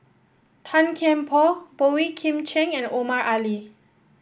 Tan Kian Por Boey Kim Cheng and Omar Ali